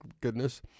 goodness